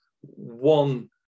one